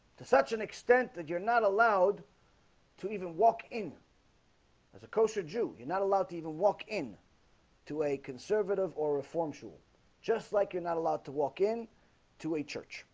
to such an extent that you're not allowed to even walk in as a kosher jew you're not allowed to even walk in to a conservative or reformed shul just like you're not allowed to walk in to a church